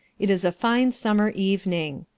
it is a fine summer evening.